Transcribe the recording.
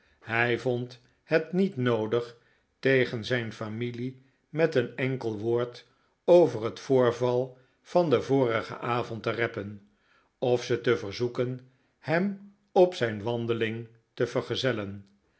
hij vond het niet noodig tegen zijn familie met een enkel woord over p ib net voorval van den vorigen avond te reppen of ze te verzoeken hem op zijn p jfc p wandeling te vergezellen